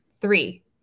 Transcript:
Three